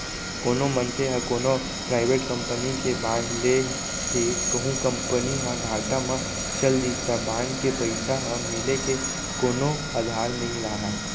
कोनो मनसे ह कोनो पराइबेट कंपनी के बांड ले हे कहूं कंपनी ह घाटा म चल दिस त बांड के पइसा ह मिले के कोनो अधार नइ राहय